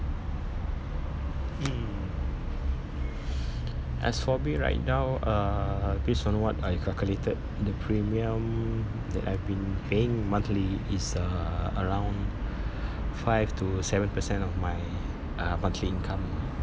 mm as for me right now uh based on what I calculated the premium that I've been paying monthly is uh around five to seven percent of my uh monthly income ah